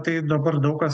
tai dabar daug kas